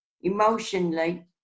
emotionally